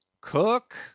Cook